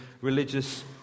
religious